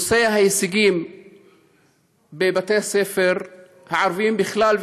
נושא ההישגים בבתי הספר הערביים בכלל,